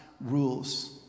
rules